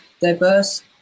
diverse